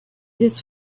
this